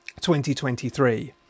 2023